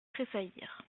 tressaillir